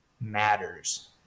matters